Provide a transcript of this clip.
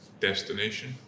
destination